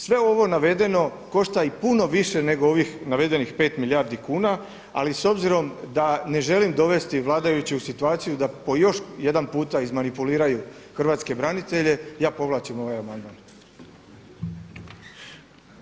Sve ovo navedeno košta i puno više nego ovih navedenih pet milijardi kuna, ali s obzirom da ne želim dovesti vladajuće u situaciju da po još jedan puta izmanipuliraju hrvatske branitelje, ja povlačim ovaj amandman.